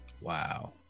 Wow